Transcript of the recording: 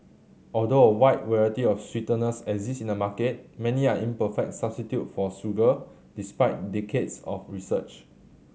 although a wide variety of sweeteners exist in the market many are imperfect substitute for sugar despite decades of research